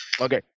Okay